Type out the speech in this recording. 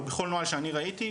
או בכל נוהל שאני ראיתי,